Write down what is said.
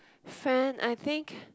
friend I think